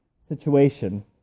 situation